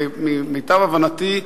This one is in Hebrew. ממיטב הבנתי,